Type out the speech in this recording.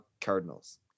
Cardinals